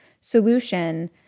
solution